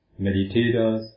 meditators